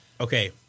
okay